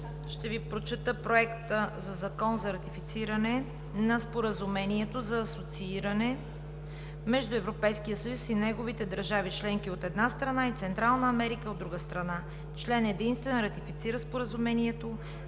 ще Ви прочета проекта: „Проект за Закон за ратифициране на Споразумението за асоцииране между Европейския съюз и неговите държави членки, от една страна, и Централна Америка, от друга страна. Член единствен. Ратифицира Споразумението